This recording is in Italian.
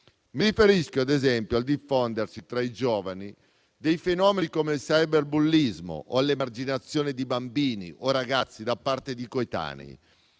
Mi riferisco, ad esempio, al diffondersi tra i giovani di fenomeni come il cyberbullismo o l'emarginazione di bambini o ragazzi da parte dei coetanei.